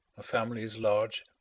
family is large,